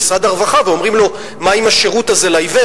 כשבאים למשרד הרווחה ואומרים לו: מה עם השירות הזה לעיוור?